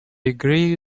agree